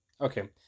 okay